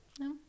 No